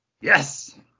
yes